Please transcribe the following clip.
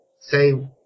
say